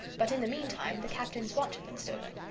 but, in the meantime, the captain's watch had been stolen.